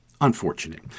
unfortunate